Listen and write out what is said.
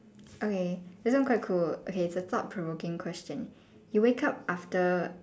okay this one quite cool okay it's a thought provoking question you wake up after